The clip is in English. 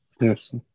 Yes